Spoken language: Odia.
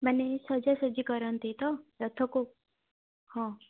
ମାନେ ସଜ୍ଜାସଜ୍ଜି କରନ୍ତି ତ ରଥକୁ ହଁ